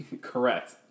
Correct